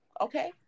okay